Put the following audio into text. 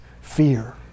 fear